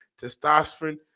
testosterone